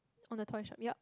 on the toy shop yup